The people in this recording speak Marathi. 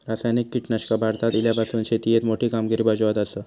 रासायनिक कीटकनाशका भारतात इल्यापासून शेतीएत मोठी कामगिरी बजावत आसा